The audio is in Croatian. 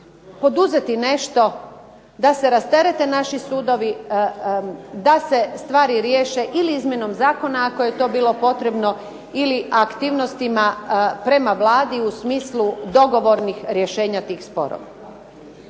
poduzeti nešto da se rasterete naši sudovi, da se stvari riješe ili izmjenom zakona ako je to bilo potrebno ili aktivnostima prema Vladi u smislu dogovornih rješenja tih sporova.